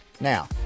Now